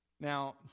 Now